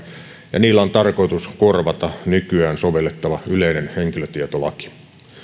ja niillä on tarkoitus korvata nykyään sovellettava yleinen henkilötietolaki